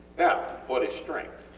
now, what is strength?